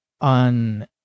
on